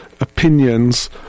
opinions